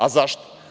A zašto?